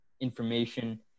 information